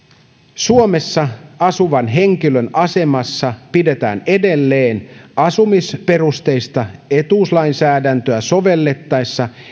suomessa asuvan henkilön asemassa pidetään edelleen asumisperusteista etuuslainsäädäntöä sovellettaessa